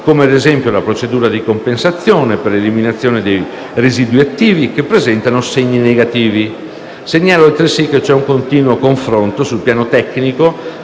(come, ad esempio, la procedura di compensazione per l'eliminazione dei residui attivi che presentano segni negativi). Segnalo, altresì, che c'è un continuo confronto sul piano tecnico